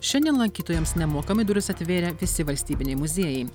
šiandien lankytojams nemokamai duris atvėrė visi valstybiniai muziejai